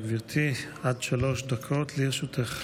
בבקשה, גברתי, עד שלוש דקות לרשותך.